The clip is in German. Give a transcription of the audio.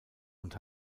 und